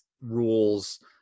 rules